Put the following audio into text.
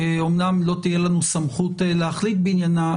אמנם לא תהיה לנו סמכות להחליט בעניינה,